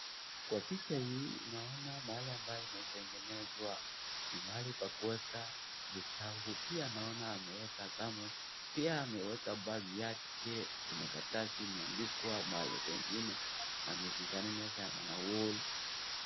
Kwa picha hii naona mahali ambayo imetengenezwa, ni mahali pa kuweka vitabu, pia naona ameweka thermos , pia ameweka bag yake. Kuna karatasi imeandikwa mahali pengine na ameshikanisha na wall .